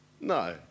no